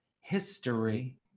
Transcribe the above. history